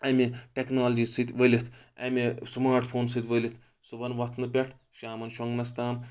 امہِ ٹیکنالجی سۭتۍ ؤلِتھ اَمہِ سماٹ فون سۭتۍ ؤلِتھ صُبَن وۄتھنہٕ پیٚٹھ شامَن شۄنٛگنَس تام